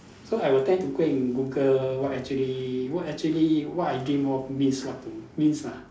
so I will tend to go and Google what actually what actually what I dream of means what to means ah